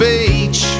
Beach